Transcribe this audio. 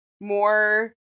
more